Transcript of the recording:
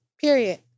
Period